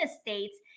states